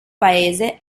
paese